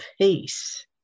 peace